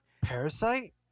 Parasite